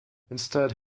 instead